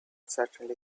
certainly